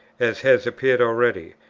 as has appeared already.